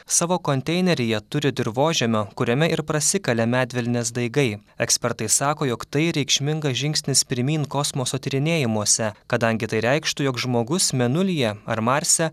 savo konteineryje turi dirvožemio kuriame ir prasikalė medvilnės daigai ekspertai sako jog tai reikšmingas žingsnis pirmyn kosmoso tyrinėjimuose kadangi tai reikštų jog žmogus mėnulyje ar marse